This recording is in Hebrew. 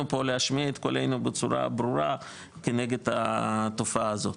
פה להשמיע את קולנו בצורה ברורה כנגד התופעה הזאת.